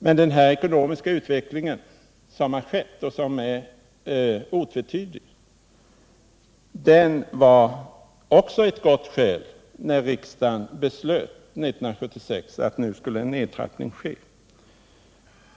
Men den ekonomiska utveckling som skett, och som är otvetydig, var också ett gott skäl när riksdagen år 1976 beslöt att en nedtrappning skulle ske.